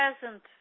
present